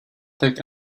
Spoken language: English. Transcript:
take